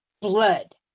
blood